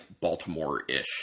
Baltimore-ish